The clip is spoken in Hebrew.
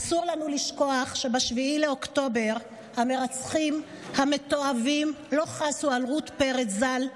אסור לנו לשכוח שב-7 באוקטובר המרצחים המתועבים לא חסו על רות פרץ ז"ל,